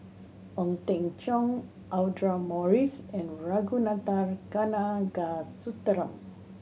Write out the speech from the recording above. Ong Teng Cheong Audra Morrice and Ragunathar Kanagasuntheram